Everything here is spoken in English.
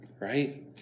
right